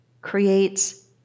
creates